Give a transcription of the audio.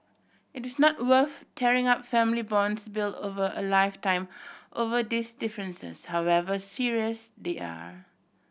it is not worth tearing up family bonds built over a lifetime over these differences however serious they are